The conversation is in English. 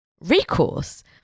recourse